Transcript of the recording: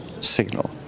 signal